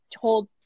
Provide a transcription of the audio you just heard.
told